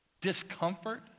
Discomfort